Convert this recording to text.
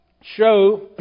show